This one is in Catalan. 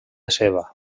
ceba